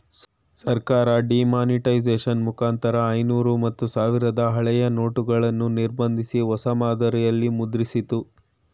ಸರ್ಕಾರ ಡಿಮಾನಿಟೈಸೇಷನ್ ಮುಖಾಂತರ ಐನೂರು ಮತ್ತು ಸಾವಿರದ ಹಳೆಯ ನೋಟುಗಳನ್ನು ನಿರ್ಬಂಧಿಸಿ, ಹೊಸ ಮಾದರಿಯಲ್ಲಿ ಮುದ್ರಿಸಿತ್ತು